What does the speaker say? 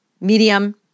medium